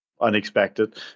unexpected